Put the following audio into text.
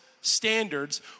standards